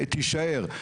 תישאר.